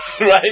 right